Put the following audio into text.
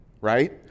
Right